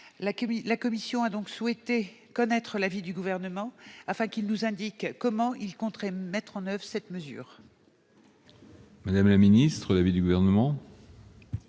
La commission a donc souhaité connaître l'avis du Gouvernement afin qu'il nous indique comment il compterait mettre en oeuvre cette mesure. Quel est l'avis du Gouvernement ?